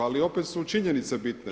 Ali opet su činjenice bitne.